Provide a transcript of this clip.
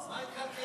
אז מה התקלקל?